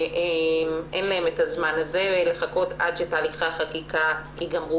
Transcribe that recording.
להן אין את הזמן הזה לחכות עד שתהליכי החקיקה יסתיימו,